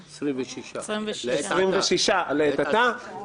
26. לעת עתה.